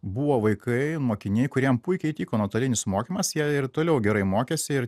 buvo vaikai mokiniai kuriem puikiai tiko nuotolinis mokymas jei ir toliau gerai mokėsi ir